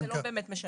זה לא באמת משנה.